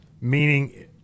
Meaning